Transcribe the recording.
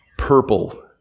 purple